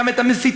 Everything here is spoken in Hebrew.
גם את המסיתים.